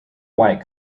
white